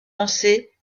lancé